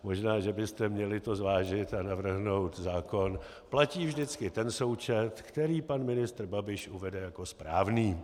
Možná že byste to měli zvážit a navrhnout zákon: platí vždycky ten součet, který pan ministr Babiš uvede jako správný.